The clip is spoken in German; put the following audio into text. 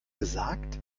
gesagt